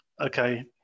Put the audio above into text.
okay